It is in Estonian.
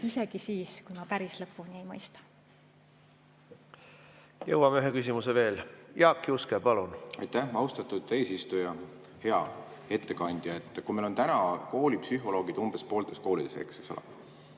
isegi siis, kui ma päris lõpuni ei mõista. Jõuame ühe küsimuse veel. Jaak Juske, palun! Aitäh, austatud eesistuja! Hea ettekandja! Kui meil on täna koolipsühholoogid umbes pooltes koolides, eks ole,